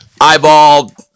eyeball